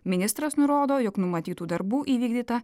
ministras nurodo jog numatytų darbų įvykdyta